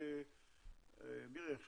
מירי,